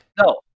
No